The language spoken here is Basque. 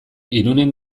irunen